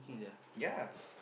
ya